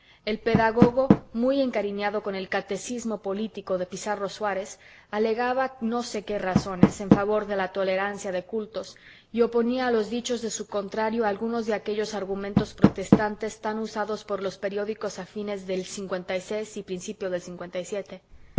el pedagogo muy encariñado con el catecismo político de pizarro suárez alegaba no sé qué razones en favor de la tolerancia de cultos y oponía a los dichos de su contrario algunos de aquellos argumentos protestantes tan usados por los periódicos a fines del y principios del